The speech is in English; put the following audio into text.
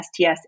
STS